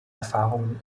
erfahrungen